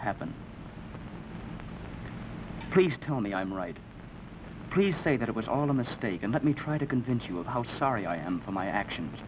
happen please tell me i'm right please say that it was all a mistake and let me try to convince you of how sorry i am for my actions